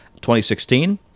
2016